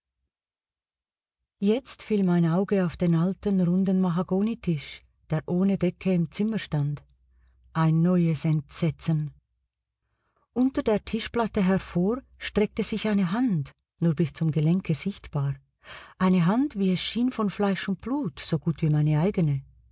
jetzt fiel mein auge auf den alten runden mahagonitisch der ohne decke im zimmer stand ein neues entsetzen unter der tischplatte hervor streckte sich eine hand nur bis zum gelenke sichtbar eine hand wie es schien von fleisch und blut so gut wie meine eigene